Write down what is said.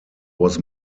was